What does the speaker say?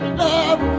love